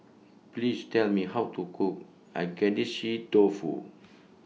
Please Tell Me How to Cook Agedashi Dofu